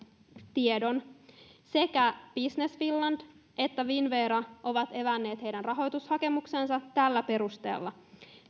tiedon että sekä business finland että finnvera ovat evänneet heidän rahoitushakemuksensa seuraavalla perusteella